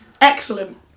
Excellent